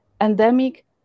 endemic